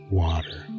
water